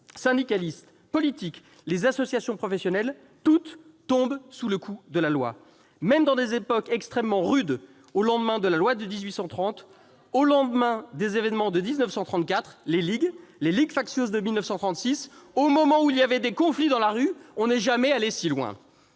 syndicalistes, politiques, les associations professionnelles, toutes tombent sous le coup de la loi. « Même dans des époques extrêmement rudes, au lendemain de la révolution de 1830, au lendemain des événements de 1934- les ligues, les ligues factieuses -ou de 1936, au moment où il y avait des conflits dans la rue, on n'est jamais allé si loin.